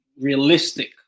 realistic